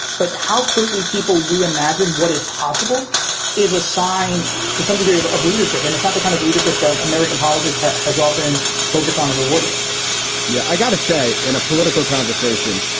but how quickly people reimagine what is possible is a sign to some degree of of leadership. and it's not the kind of leadership that american politics has often focused on or rewarded yeah, i got to say, in a political. devastation.